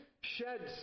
sheds